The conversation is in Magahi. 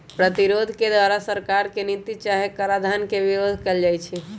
प्रतिरोध के द्वारा सरकार के नीति चाहे कराधान के विरोध कएल जाइ छइ